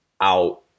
out